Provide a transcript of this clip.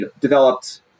developed